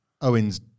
Owens